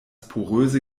poröse